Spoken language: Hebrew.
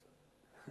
זה בסדר.